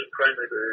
primary